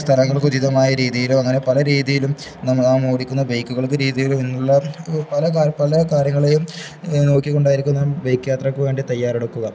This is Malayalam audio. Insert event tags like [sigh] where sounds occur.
സ്ഥലങ്ങൾക്കുചിതമായ രീതിയിലും അങ്ങനെ പല രീതിയിലും നമ്മളാ നാം ഓടിക്കുന്ന ബൈക്കുകൾ [unintelligible] എന്നുള്ള പല പല കാര്യങ്ങളെയും നോക്കിക്കൊണ്ടായിരിക്കും നാം ബൈക്ക് യാത്രയ്ക്കുവേണ്ടി തയ്യാറെടുക്കുക